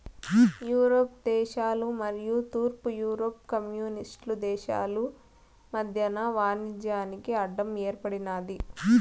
Europe దేశాలు మరియు తూర్పు యూరప్ కమ్యూనిస్టు దేశాలు మధ్యన వాణిజ్యానికి అడ్డం ఏర్పడినాది